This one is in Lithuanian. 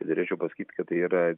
norėčiau pasakyt kad tai yra